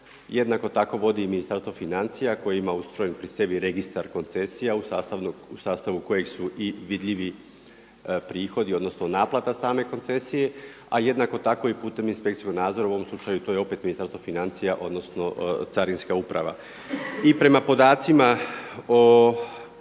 Jednako tako vodi i Ministarstvo financija koje ima ustrojeno pri sebi registar koncesija u sastavu kojeg su i vidljiviji prihodi, odnosno naplata same koncesije, a jednako tako i putem inspekcijskog nadzora. U ovom slučaju to je opet Ministarstvo financija odnosno Carinska uprava. I prema podacima o